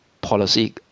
policy